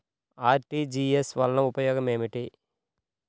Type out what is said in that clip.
RTGS వలన ఉపయోగం ఏమిటీ?